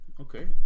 okay